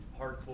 hardcore